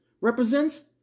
represents